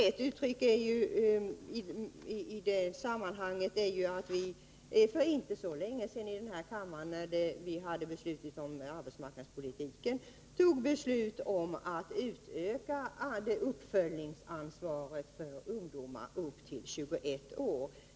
Ett uttryck för detta är ju att vi för inte så länge sedan här i kammaren, när vi behandlade arbetsmarknadspolitiken, fattade beslut om att utöka uppföljningsansvaret för ungdomar i åldern upp till 21 år.